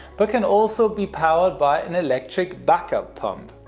but can also be powered by an electric backup pump.